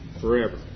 forever